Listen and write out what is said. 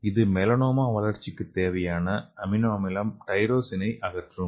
இது மெலனோமா வளர்ச்சிக்குத் தேவையான அமினோ அமிலம் டைரோசினை அகற்றும்